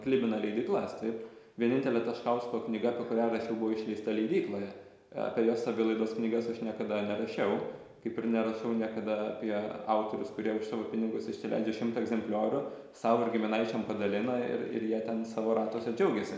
klibina leidyklas taip vienintelė taškausko knyga apie kurią rašiau buvo išleista leidykloje apie jo savilaidos knygas aš niekada nerašiau kaip ir nerašau niekada apie autorius kurie už savo pinigus išsileidžia šimtą egzempliorių sau ir giminaičiam padalina ir ir jie ten savo ratuose džiaugiasi